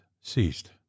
ceased